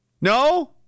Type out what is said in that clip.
No